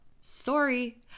sorry